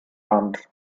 abend